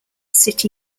city